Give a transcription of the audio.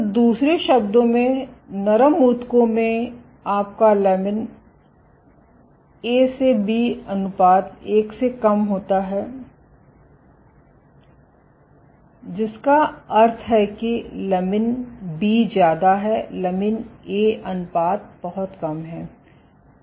तो दूसरे शब्दों में नरम ऊतकों में आपका लमिन A से B अनुपात एक से कम होता है जिसका अर्थ है कि लमिन B ज्यादा है लमिन A अनुपात बहुत कम है